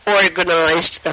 organized